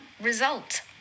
Result